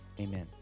amen